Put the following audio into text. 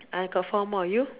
I got four more you